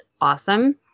awesome